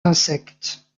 insectes